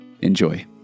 Enjoy